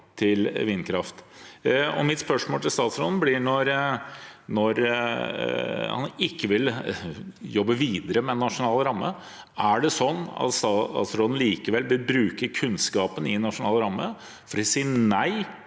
til vindkraft i. Mitt spørsmål til statsråden er: Når han ikke vil jobbe videre med nasjonal ramme, er det sånn at statsråden likevel vil bruke kunnskapen i nasjonal ramme til å si nei